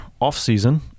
off-season